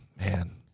man